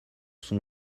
son